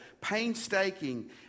painstaking